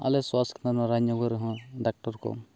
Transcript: ᱟᱞᱮ ᱥᱟᱥᱛᱷᱚ ᱠᱮᱱᱫᱨᱚ ᱧᱨᱟᱡᱽᱱᱚᱜᱚᱨ ᱨᱮᱦᱚᱸ ᱰᱟᱠᱴᱚᱨ ᱠᱚ